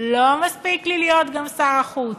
לא מספיק לי להיות גם שר החוץ,